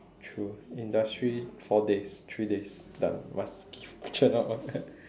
true industry four days three days done must give churn out one